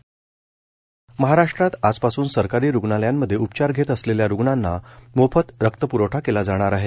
मोफत रक्तप्रवठा महाराष्ट्रात आजपासून सरकारी रुग्णालयांमध्ये उपचार घेत असलेल्या रुग्णांना मोफत रक्तप्रवठा केला जाणार आहे